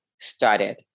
started